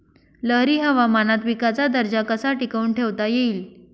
लहरी हवामानात पिकाचा दर्जा कसा टिकवून ठेवता येईल?